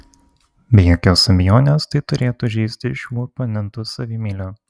be jokios abejonės tai turėtų žeisti šių oponentų savimeilę